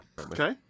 Okay